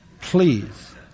please